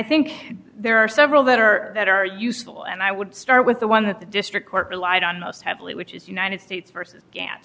think there are several that are that are useful and i would start with the one that the district court relied on most heavily which is united states versus gas